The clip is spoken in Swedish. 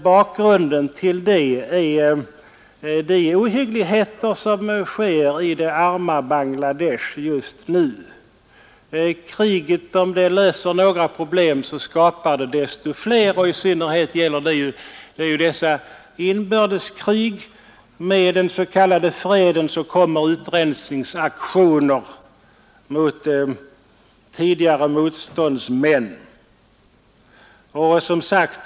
Bakgrunden till min fråga är de ohyggligheter som just nu sker i det arma Bangladesh. Om kriget löser några problem skapar det desto fler, och i synnerhet gäller det inbördeskrig. Med den s.k. freden kommer utrensningsaktioner mot tidigare motståndsgrupper.